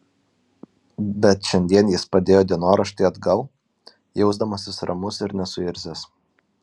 bet šiandien jis padėjo dienoraštį atgal jausdamasis ramus ir nesuirzęs